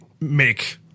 make